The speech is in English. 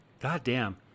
goddamn